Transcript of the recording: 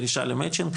תמיד יש דרישה למצ'ינג,